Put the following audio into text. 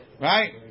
Right